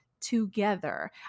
together